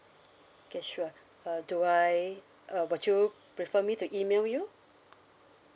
okay sure uh do I uh would you prefer me to email you